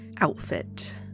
outfit